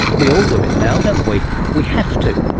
we all do it now, don't we? we have to.